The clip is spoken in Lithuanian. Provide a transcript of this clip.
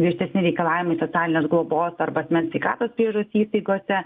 griežtesni reikalavimai socialinės globos arba asmens sveikatos priežiūros įstaigose